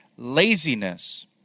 laziness